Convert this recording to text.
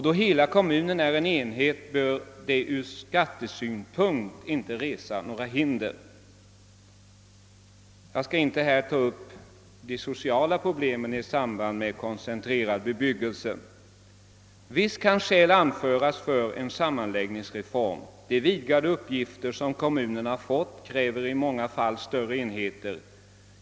Då hela kommunen är en enhet bör detta inte resa några hinder ur skattesynpunkt. Jag skall inte ta upp de sociala problemen i samband med koncentrerad bebyggelse. Visst kan skäl anföras för en samman läggningsreform: de vidgade uppgifter som kommunerna fått kräver i många fall större enheter.